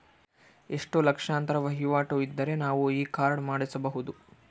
ಎಷ್ಟು ಲಕ್ಷಾಂತರ ವಹಿವಾಟು ಇದ್ದರೆ ನಾವು ಈ ಕಾರ್ಡ್ ಮಾಡಿಸಬಹುದು?